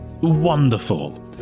wonderful